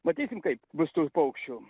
matysim kaip bus tų paukščių